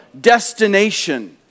destination